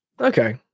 Okay